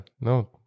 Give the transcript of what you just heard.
no